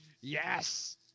Yes